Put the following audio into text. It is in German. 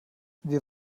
wir